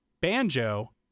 banjo